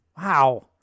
Wow